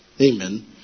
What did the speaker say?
Amen